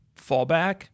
fallback